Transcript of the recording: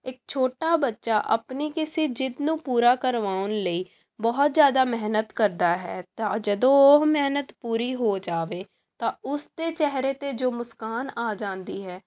ਇੱਕ ਛੋਟਾ ਬੱਚਾ ਆਪਣੇ ਕਿਸੇ ਜਿੱਦ ਨੂੰ ਪੂਰਾ ਕਰਵਾਉਣ ਲਈ ਬਹੁਤ ਜ਼ਿਆਦਾ ਮਿਹਨਤ ਕਰਦਾ ਹੈ ਤਾਂ ਜਦੋਂ ਉਹ ਮਿਹਨਤ ਪੂਰੀ ਹੋ ਜਾਵੇ ਤਾਂ ਉਸ ਦੇ ਚਿਹਰੇ 'ਤੇ ਜੋ ਮੁਸਕਾਨ ਆ ਜਾਂਦੀ ਹੈ